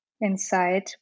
inside